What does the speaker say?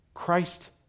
Christ